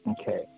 Okay